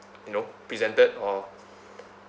you know presented or